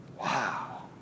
wow